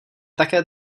také